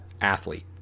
athlete